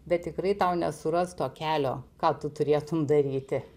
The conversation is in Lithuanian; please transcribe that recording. bet tikrai tau nesuras to kelio ką tu turėtum daryti